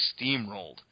steamrolled